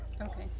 Okay